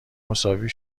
مساوی